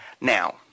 Now